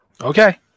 Okay